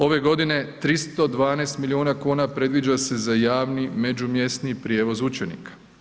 Ove godine 312 milijuna kuna predviđa se za javni, međumjesni prijevoz učenika.